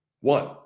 One